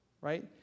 right